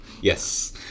yes